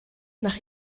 nach